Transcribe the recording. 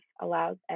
allows